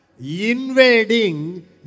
invading